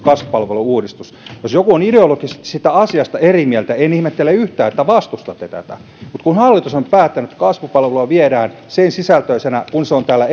kasvupalvelu uudistuksessa jos joku on ideologisesti siitä asiasta eri mieltä en ihmettele yhtään että vastustatte tätä mutta kun hallitus on päättänyt että kasvupalvelua viedään eteenpäin sen sisältöisenä kuin se on täällä